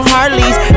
Harleys